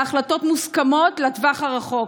בהחלטות מוסכמות לטווח רחוק,